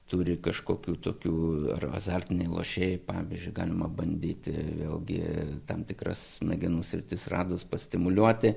turi kažkokių tokių ar azartiniai lošėjai pavyzdžiui galima bandyti vėlgi tam tikras smegenų sritis radus pastimuliuoti